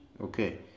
okay